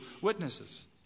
witnesses